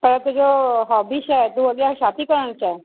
त तुंहिंजो होबी छा हे तूं अॻियां छा थी करणु चाहे